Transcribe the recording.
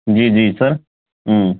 جی جی سر